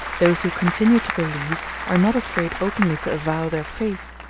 those who continue to believe are not afraid openly to avow their faith.